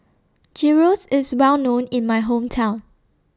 Gyros IS Well known in My Hometown